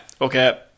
Okay